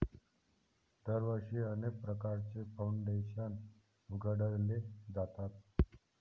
दरवर्षी अनेक प्रकारचे फाउंडेशन उघडले जातात